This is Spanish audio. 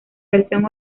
versión